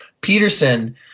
Peterson